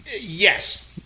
yes